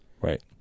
right